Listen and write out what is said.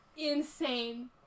insane